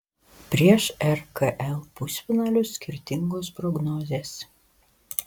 prieš rkl pusfinalius skirtingos prognozės